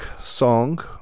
song